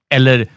Eller